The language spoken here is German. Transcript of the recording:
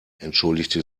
entschuldigte